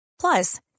plus